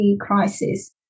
crisis